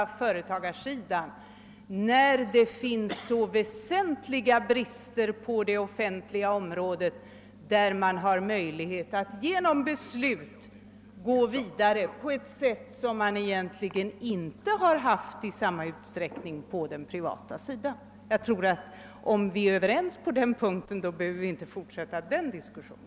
Man har inte rätt att göra detta när det finns så väsentliga brister på det offentliga området, där man ändå har möjlighet att besluta att gå vidare på ett sätt som man egentligen inte i samma utsträckning haft på den privata sidan. Om vi är ense på den punkten behöver vi inte fortsätta denna diskussion.